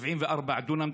74 דונם,